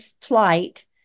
plight